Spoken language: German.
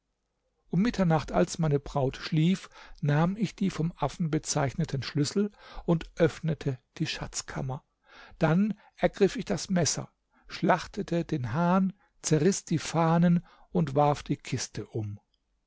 um mitternacht als meine braut schlief nahm ich die vom affen bezeichneten schlüssel und öffnete die schatzkammer dann ergriff ich das messer schlachtete den hahn zerriß die fahnen und warf die kiste um